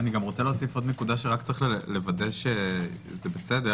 יש לוודא שזה בסדר